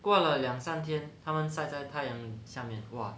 过了两三天他们晒在太阳下面 !wah!